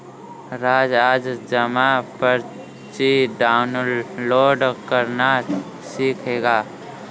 राज आज जमा पर्ची डाउनलोड करना सीखेगा